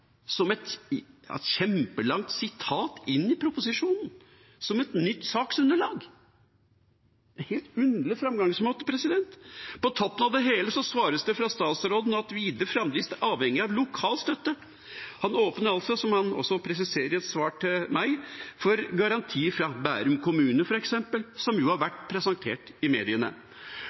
som et kjempelangt sitat inn i proposisjonen som et nytt saksunderlag – en helt underlig framgangsmåte. På toppen av det hele svares det fra statsråden at videre framdrift er avhengig av lokal støtte. Han åpner altså, som han også presiserer i et svar til meg, for garantier fra Bærum kommune, f.eks., som jo har vært presentert i mediene.